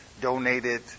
donated